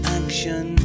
action